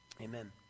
Amen